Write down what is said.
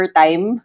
time